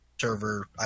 server